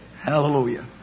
Hallelujah